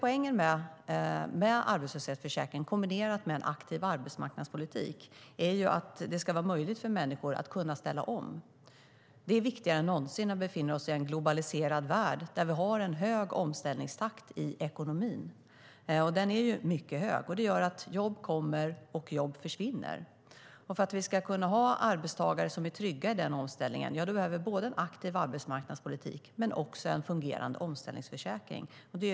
Poängen med arbetslöshetsförsäkringen, kombinerad med en aktiv arbetsmarknadspolitik, är att det ska vara möjligt för människor att ställa om. Det är viktigare än någonsin. Vi befinner oss i en globaliserad värld där vi har en hög omställningstakt i ekonomin. Den är mycket hög, och det gör att jobb kommer och jobb försvinner. För att arbetstagare ska kunna känna sig trygga i den omställningen behöver vi både en aktiv arbetsmarknadspolitik och en fungerande omställningsförsäkring.